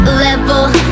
level